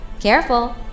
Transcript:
Careful